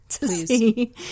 Please